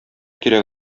кирәк